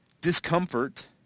discomfort